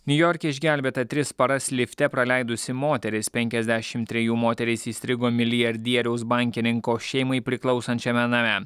niujorke išgelbėta tris paras lifte praleidusi moteris penkiasdešim trejų moteris įstrigo milijardieriaus bankininko šeimai priklausančiame name